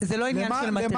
זה לא עניין של מטריח.